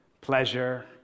pleasure